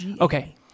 Okay